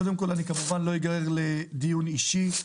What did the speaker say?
קודם כול כמובן שלא אגרר לדיון אישי,